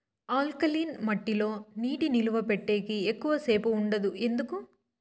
alkaline మట్టి లో నీటి నిలువ పెట్టేకి ఎక్కువగా సేపు ఉండదు ఎందుకు